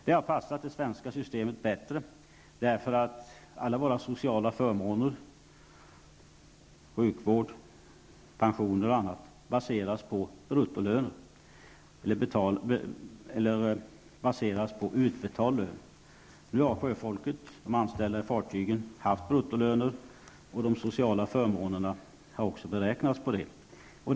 Det har passat det svenska systemet bättre, därför att alla våra sociala förmåner -- sjukvård, pensioner och annat -- baseras på utbetald lön. Nu har de anställda på fartygen haft bruttolöner, och de sociala förmånerna har beräknats på dessa.